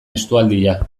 estualdia